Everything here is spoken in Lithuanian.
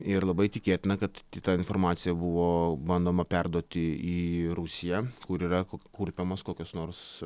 ir labai tikėtina kad ta informacija buvo bandoma perduoti į rusiją kur yra kurpiamos kokios nors